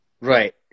Right